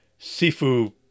sifu